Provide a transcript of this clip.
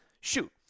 shoot